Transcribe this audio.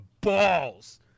balls